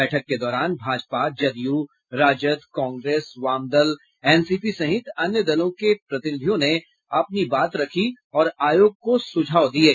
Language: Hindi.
बैठक के दौरान भाजपा जदयू राजद कांग्रेस वाम दल एनसीपी सहित अन्य दलों के प्रतिनिधियों ने अपनी बात रखी और आयोग को सुझाव दिये